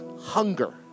hunger